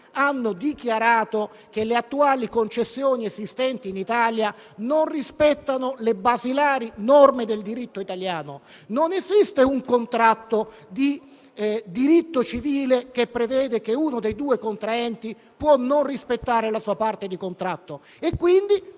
hanno dichiarato che le attuali concessioni esistenti in Italia non rispettano le basilari norme del diritto italiano. Non esiste un contratto di diritto civile che prevede che uno dei due contraenti possa non rispettare la sua parte di contratto.